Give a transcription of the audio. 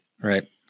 Right